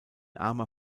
armer